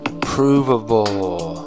provable